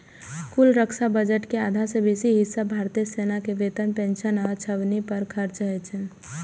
कुल रक्षा बजट के आधा सं बेसी हिस्सा भारतीय सेना के वेतन, पेंशन आ छावनी पर खर्च होइ छै